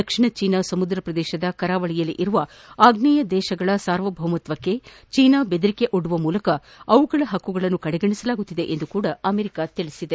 ದಕ್ಷಿಣ China ಸಮುದ್ರ ಪ್ರದೇಶದ ಕರಾವಳಿಯಲ್ಲಿರುವ ಅಗ್ನೇಯ ದೇಶಗಳ ಸಾರ್ವಭೌಮತ್ತಕ್ಷೆ ಚೀನಾ ಬೆದರಿಕೆಯೊಡ್ಡುವ ಮೂಲಕ ಅವುಗಳ ಹಕ್ತುಗಳನ್ನು ಕಡೆಗಣಿಸಲಾಗುತ್ತಿದೆ ಎಂದು ತಿಳಿಸಿದೆ